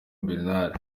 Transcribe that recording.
bernard